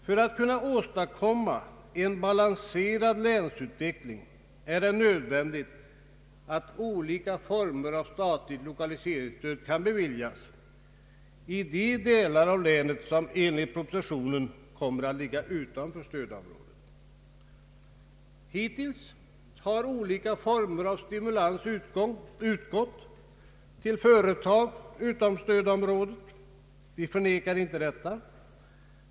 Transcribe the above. För att kunna åstadkomma en balanserad länsutveckling är det nödvändigt att olika former av statligt lokaliseringsstöd kan beviljas i de delar av länet Ang. regionalpolitiken som enligt propositionen kommer att ligga utanför stödområdet. Hittills har olika former av stimulans utgått till företag utom stödområdet — vi förnekar inte detta.